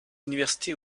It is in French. universités